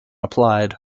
applied